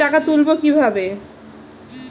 আমি টাকা তুলবো কি ভাবে?